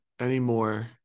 anymore